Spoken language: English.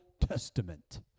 Testament